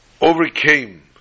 overcame